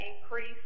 increase